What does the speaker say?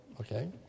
Okay